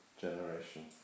generation